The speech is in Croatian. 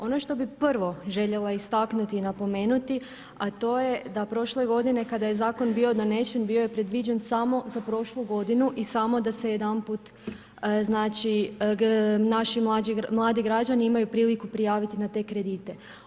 Ono što bih prvo željela istaknuti i napomenuti, a to je da prošle godine kada je Zakon bio donesen, bio je predviđen samo za prošlu godinu i samo da se jedanput znači, naši mlađi građani imaju priliku prijaviti na te kredite.